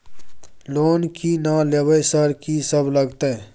Loan की ना लेबय सर कि सब लगतै?